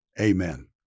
amen